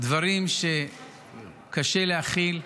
דברים שקשה להכיל,